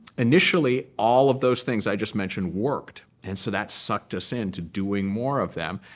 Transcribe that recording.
initially, all of those things i just mentioned worked. and so that sucked us into doing more of them.